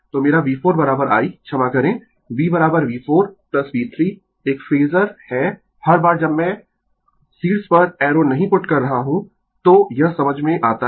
तो मेरा V4 I क्षमा करें V V4 V3 एक फेजर है हर बार जब मैं शीर्ष पर एरो नहीं पुट कर रहा हूं तो यह समझ में आता है